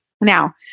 Now